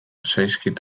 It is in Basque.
zaizkit